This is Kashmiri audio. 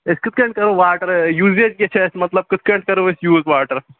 أسۍ کِتھٕ کٔنۍ کَرو واٹر یوٗزیج کیٛاہ چھُ اَسہِ مطلب کِتھٕ کٔنۍ کَرو أسۍ یوٗز واٹر